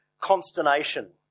consternation